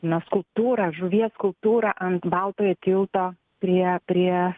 na skulptūrą žuvies skulptūrą ant baltojo tilto prie prie